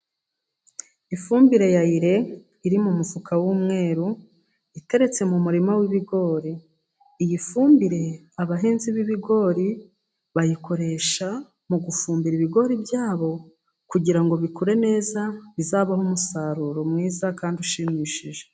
Ifumbire ya Ire iri mu mufuka w'umweru, iteretse mu murima w'ibigori, iyi fumbire abahinzi b'ibigori bayikoresha mu gufumbira ibigori byabo, kugirango bikure neza, bizabahe umusaruro mwiza kandi ushimishije.